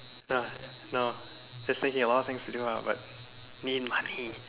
uh no he say he have a lot of things to do ah but need money